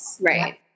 Right